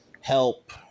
help